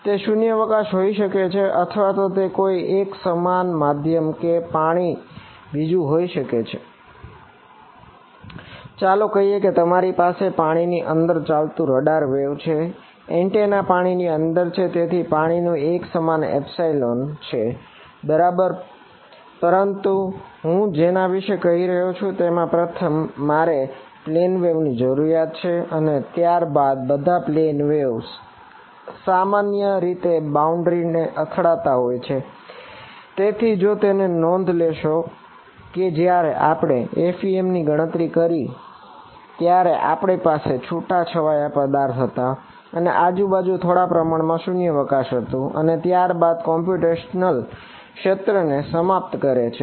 તે શૂન્યાવકાશ હોઈ શકે અથવા તે કોઈ એકસમાન માધ્યમ જેમ કે પાણી અથવા બીજું કઈ હોઈ શકે ચાલો કહીએ કે તમારી પાસે પાણીની અંદર ચાલતું રડાર વેવ ક્ષેત્ર ને સમાપ્ત કરે છે